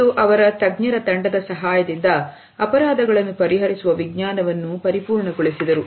ಮತ್ತು ಅವರ ತಜ್ಞರ ತಂಡದ ಸಹಾಯದಿಂದ ಅಪರಾಧಗಳನ್ನು ಪರಿಹರಿಸುವ ವಿಜ್ಞಾನವನ್ನು ಪರಿಪೂರ್ಣಗೊಳಿಸಿದರು